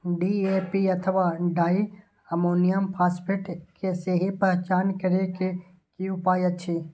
DAP अथवा di ammonium phosphate के सहि पहचान करे के कि उपाय अछि?